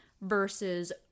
versus